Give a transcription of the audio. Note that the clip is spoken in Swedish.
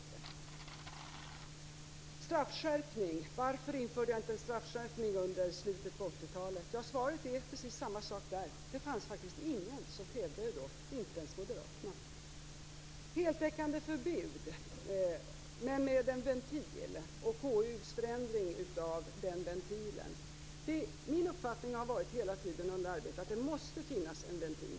Varför införde jag inte en straffskärpning under slutet av 1980-talet? Svaret är att det var samma sak då. Det fanns ingen som krävde det, inte ens moderaterna. Sedan gällde det ett heltäckande förbud - men med en ventil - och KU:s förändring av den ventilen. Under arbetet har min uppfattning hela tiden varit att det måste finnas en ventil.